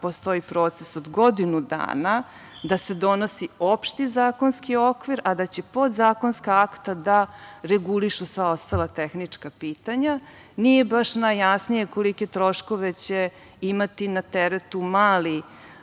postoji proces od godinu dana da se donosi opšti zakonski okvir, a da će podzakonska akta da regulišu sva ostala tehnička pitanja. Nije baš najjasnije kolike troškove će imati na teretu mali